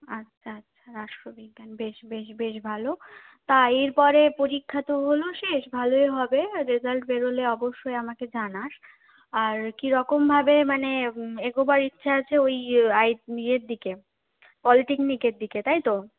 আচ্ছা আচ্ছা রাষ্ট্রবিজ্ঞান বেশ বেশ বেশ ভালো তা এরপরে পরীক্ষা তো হলো শেষ ভালোই হবে রেজাল্ট বেরোলে অবশ্যই আমাকে জানাস আর কীরকমভাবে মানে এগোবার ইচ্ছা আছে ওই আই টি ইয়ের দিকে পলিটেকনিকের দিকে তাই তো